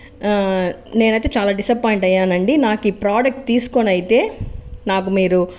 నేనైతే చాలా డిసప్పాయింట్ అయ్యాను అండి నాకు ఈ ప్రోడక్ట్ తీసుకోని అయితే నాకు మీరు